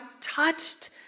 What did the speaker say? touched